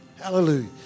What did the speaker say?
Hallelujah